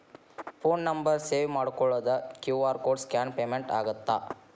Phone number save ಮಾಡಿಕೊಳ್ಳದ QR code scan payment ಆಗತ್ತಾ?